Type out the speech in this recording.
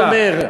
אני אומר,